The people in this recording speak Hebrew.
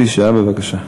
בבקשה.